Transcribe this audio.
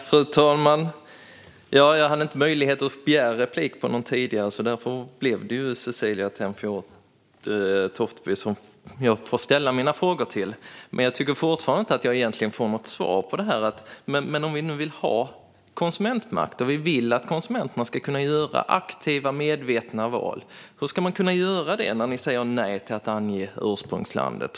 Fru talman! Jag hade inte möjlighet att begära ytterligare replik på Ola Johansson tidigare. Därför är det Cecilie Tenfjord Toftby som jag får ställa mina frågor till. Men jag tycker fortfarande inte att jag egentligen får något svar. Om vi nu vill ha konsumentmakt, att konsumenterna ska kunna göra aktiva, medvetna val, hur ska man kunna göra det när ni säger nej till att ange ursprungslandet?